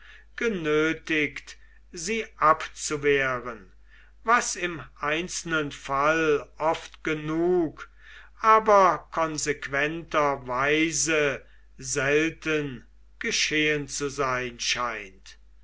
genötigt sie abzuwehren was im einzelnen fall oft genug aber konsequenterweise selten geschehen zu sein scheint